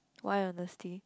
why honesty